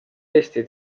eesti